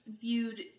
viewed